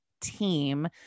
team